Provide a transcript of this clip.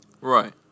Right